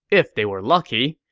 if they were lucky.